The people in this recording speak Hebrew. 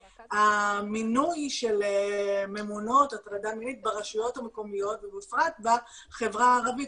המינוי של ממונות הטרדה מינית ברשויות המקומיות ובפרט בחברה הערבית.